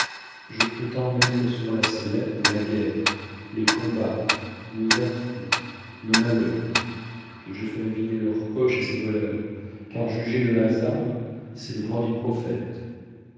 je prétends mettre sur la sellette la guerre les combats nos affronts nos malheurs et je ferai vider leur poche à ces voleurs car juger le hasard c'est le droit du prophète